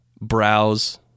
browse